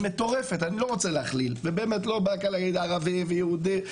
אני באמת לא רוצה להכליל ולא בא להגיד ערבים ויהודים,